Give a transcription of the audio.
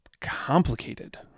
complicated